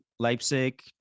Leipzig